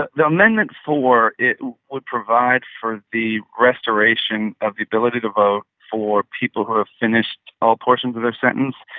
but the amendment four it would provide for the restoration of the ability to vote for people who have finished all portions of their sentence.